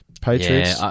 Patriots